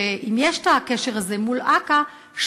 אם יש הקשר הזה מול אכ"א,